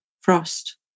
Frost